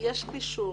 יש רישום,